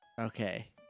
Okay